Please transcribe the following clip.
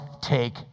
take